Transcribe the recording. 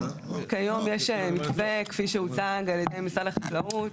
כיום יש מתווה כפי שהוצג על ידי משרד החקלאות,